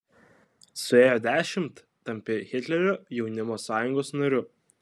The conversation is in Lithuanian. suėjo dešimt tampi hitlerio jaunimo sąjungos nariu